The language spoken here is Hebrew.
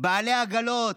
בעלי עגלות,